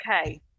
Okay